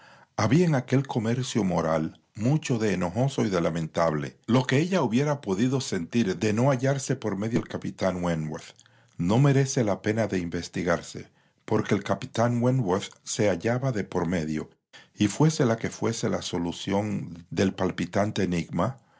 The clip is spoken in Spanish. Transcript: había en aquel comercio moral mucho de enojoso y de lamentable lo que ella hubiera podido sentir de no hallarse por medio el capitán wentworth no merece la pena de investigarse porque el capitán wentworth se hallaba de por medio y fuese la que fuese la solución del palpitante enigma